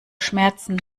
schmerzen